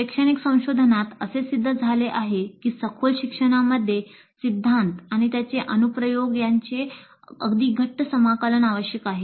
शैक्षणिक संशोधनात असे सिद्ध झाले आहे की सखोल शिक्षणामध्ये सिद्धांत आणि त्याचे अनुप्रयोग यांचे अगदी घट्ट समाकलन आवश्यक आहे